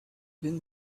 been